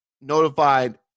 notified